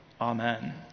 Amen